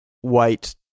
White